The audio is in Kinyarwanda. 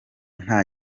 nta